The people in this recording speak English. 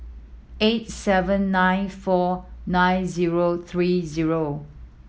eight seven nine four nine zero three zero